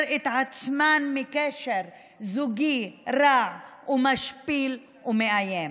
את עצמן מקשר זוגי רע ומשפיל ומאיים,